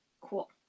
cool